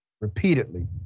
repeatedly